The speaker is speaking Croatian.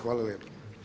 Hvala lijepo.